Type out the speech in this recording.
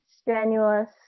strenuous